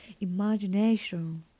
imagination